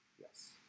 Yes